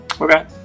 Okay